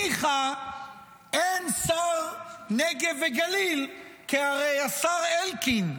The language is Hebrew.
ניחא אין שר נגב וגליל, כי הרי השר אלקין,